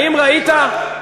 האם ראית?